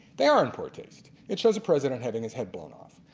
they are in poor taste, it shows the president having his head blown off.